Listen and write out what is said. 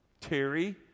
terry